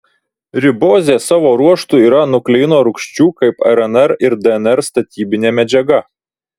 ribozė savo ruožtu yra nukleino rūgščių kaip rnr ir dnr statybinė medžiaga